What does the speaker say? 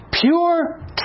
pure